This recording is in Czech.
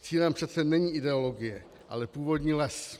Cílem přece není ideologie, ale původní les.